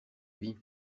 vie